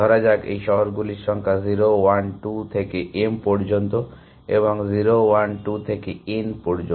ধরা যাক এই শহরগুলির সংখ্যা 0 1 2 থেকে m পর্যন্ত এবং 0 1 2 থেকে n পর্যন্ত